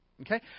Okay